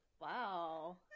Wow